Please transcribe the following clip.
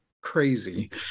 crazy